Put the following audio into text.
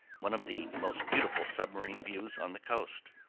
one of the most beautiful submarine views on the coast.